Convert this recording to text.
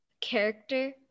character